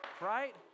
Right